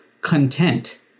content